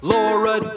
Laura